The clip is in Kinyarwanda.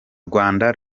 rwanda